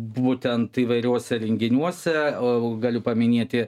būtent įvairiuose renginiuose o galiu paminėti